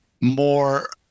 more